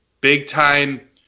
big-time